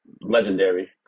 legendary